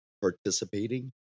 participating